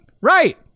right